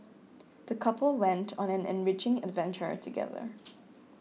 the couple went on an enriching adventure together